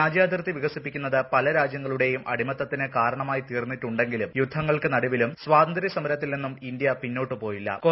രാജ്യാതിർത്തി വികസിപ്പിക്കുന്നത് പല രാജ്യങ്ങളുടെയും അടിമത്തത്തിന് കാരണമായി തീർന്നിട്ടുണ്ടെങ്കിലും യുദ്ധങ്ങൾക്ക് നടുവിലും സ്വാതന്ത്ര്യസമരത്തിൽ നിന്നും ഇന്ത്യ പിന്നോട്ടു പോയില്ലു